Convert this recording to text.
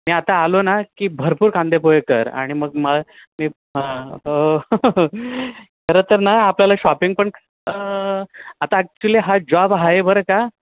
मी आता आलो ना की भरपूर कांदेपोहे कर आणि मग म मी हं हो खरं तर ना आपल्याला शॉपिंग पण आता ॲक्च्युली हा जॉब आहे बरं का